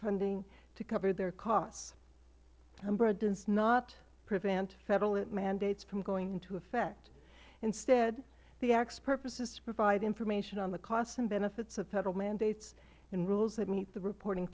funding to cover their costs umra does not prevent federal mandates from going into effect instead the acts purpose is to provide information on the costs and benefits of federal mandates and rules that meet the reporting